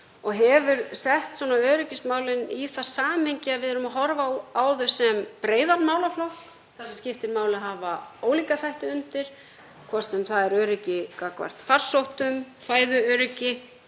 Hún hefur sett öryggismálin í það samhengi að við erum að horfa á þau sem breiðan málaflokk þar sem skiptir máli að hafa ólíka þætti undir, hvort sem það er öryggi gagnvart farsóttum, fæðuöryggi,